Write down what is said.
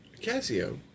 Casio